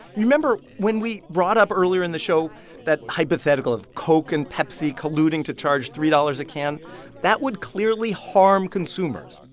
you remember when we brought up earlier in the show that hypothetical of coke and pepsi colluding to charge three dollars a can that would clearly harm consumers.